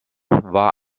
war